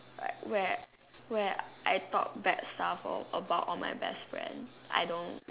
right where where I talk bad stuff all about all my best friend I don't